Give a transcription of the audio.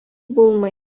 булмый